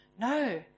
no